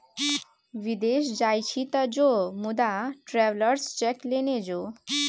विदेश जाय छी तँ जो मुदा ट्रैवेलर्स चेक लेने जो